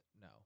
No